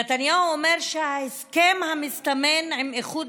נתניהו אומר שההסכם המסתמן עם איחוד